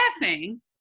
laughing